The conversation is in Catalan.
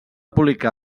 publicar